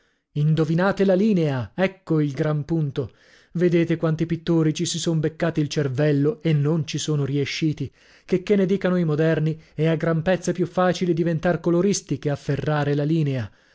indovinate la linea ecco il gran punto vedete quanti pittori ci si son beccati il cervello e non ci sono riesciti checchè ne dicano i moderni è a gran pezza più facile diventar coloristi che afferrare la linea